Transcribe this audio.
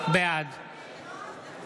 בעד